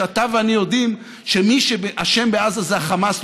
כשאתה ואני יודעים שמי שאשם בעזה זה החמאס,